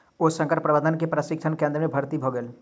ओ संकट प्रबंधन के प्रशिक्षण केंद्र में भर्ती भ गेला